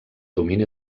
domini